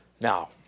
Now